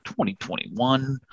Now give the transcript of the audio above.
2021